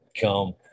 come